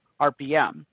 RPM